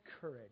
courage